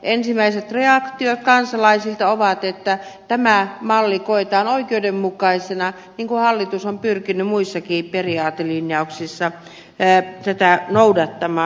ensimmäiset reaktiot kansalaisilta ovat että tämä malli koetaan oikeudenmukaisena niin kuin hallitus on pyrkinyt muissakin periaatelinjauksissa tätä noudattamaan